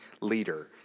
leader